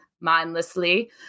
mindlessly